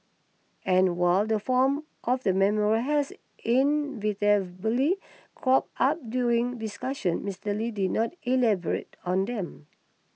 and while the form of the memorial has cropped up during discussions Mister Lee did not elaborate on them